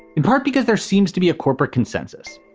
in part because there seems to be a corporate consensus.